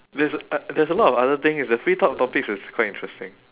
there's a uh there's a lot of other things the free talk topics is quite interesting